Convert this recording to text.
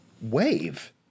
wave